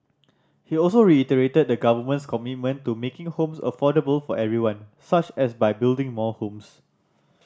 he also reiterated the Government's commitment to making homes affordable for everyone such as by building more homes